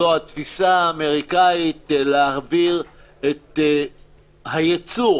זו התפיסה האמריקנית להעביר את הייצור